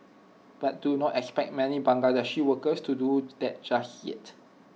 but do not expect many Bangladeshi workers to do that just yet